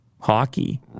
Hockey